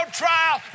trial